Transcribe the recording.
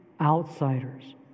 outsiders